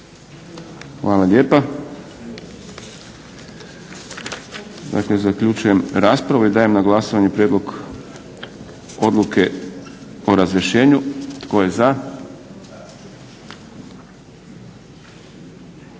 hvala lijepa. Dakle zaključujem raspravu i dajem na glasanje Prijedlog odluke o razrješenju. Tko je za?